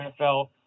NFL